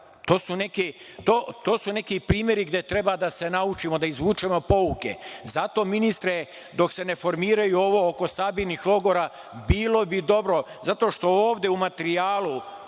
To su neki primeri gde treba da se naučimo, da izvučemo pouke. Zato, ministre, dok se ne formiraju ovo oko sabirnih logora, bilo bi dobro, zato što ovde u materijalu,